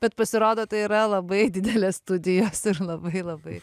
bet pasirodo tai yra labai didelės studijos labai labai